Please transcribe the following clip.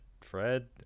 Fred